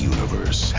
Universe